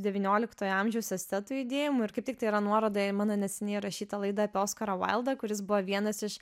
devynioliktojo amžiaus estetų judėjimu ir kaip tiktai yra nuoroda į mano neseniai rašyta laidą apie oskarą vaildą kuris buvo vienas iš